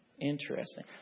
Interesting